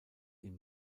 ihm